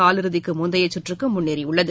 காலிறுதிக்கு முந்தைய சுற்றுக்கு முன்னேறியுள்ளது